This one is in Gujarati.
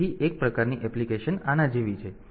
તેથી એક પ્રકારની એપ્લિકેશન આના જેવી છે